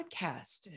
podcast